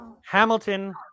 Hamilton